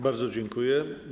Bardzo dziękuję.